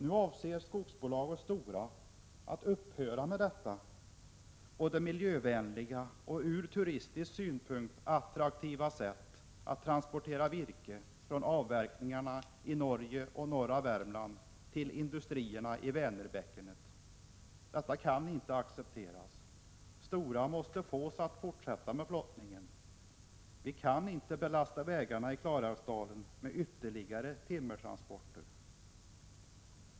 Nu avser skogsbolaget Stora att upphöra med detta både miljövänliga och från turistsynpunkt attraktiva sätt att transportera virke från avverkningarna i Norge och norra Värmland till industrierna i Vänerbäckenet. Detta kan inte accepteras. Stora måste fås att fortsätta med flottningen. Vi kan inte belasta vägarna i Klarälvsdalen med ytterligare timmertransporter.